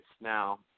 Now